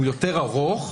הוא יותר ארוך,